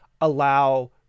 allow